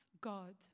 God